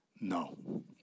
No